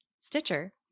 Stitcher